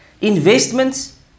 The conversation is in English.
investments